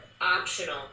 optional